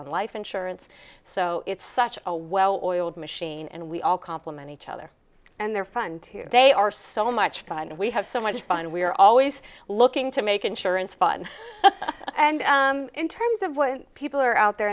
on life insurance so it's such a well oiled machine and we all complement each other and they're fun too they are so much fun and we have so much fun we are always looking to make insurance fun and in terms of what people are out there